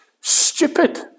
stupid